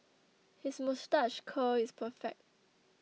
his moustache curl is perfect